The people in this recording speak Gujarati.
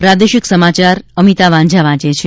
પ્રાદેશિક સમાચાર અમિતા વાંઝા વાંચે છે